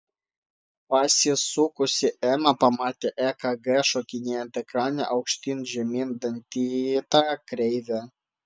pasisukusi ema pamatė ekg šokinėjant ekrane aukštyn žemyn dantyta kreive